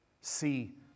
See